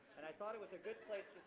and i thought it was a good place